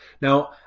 Now